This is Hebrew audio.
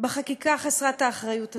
בחקיקה חסרת האחריות הזאת,